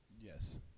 Yes